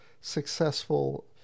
successful